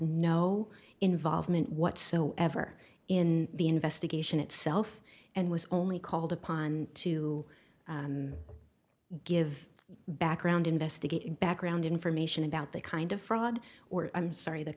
no involvement whatsoever in the investigation itself and was only called upon to give background investigate background information about the kind of fraud or i'm sorry the